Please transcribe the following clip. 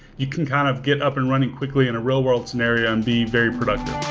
you can kind of get up and running quickly in a real-world scenario and be very productive.